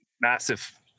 Massive